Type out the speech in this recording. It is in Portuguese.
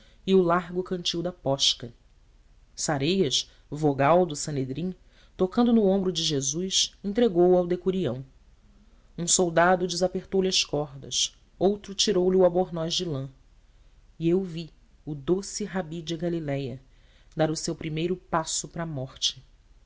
e o largo cantil da posca sareias vogal do sanedrim tocando no ombro de jesus entregou o ao decurião um soldado desapertou lhe as cordas outro tirou-lhe o albornoz de lá e eu vi o doce rabi de galiléia dar o seu primeiro passo para a morte